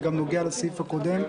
זה גם נוגע לסעיף הקודם,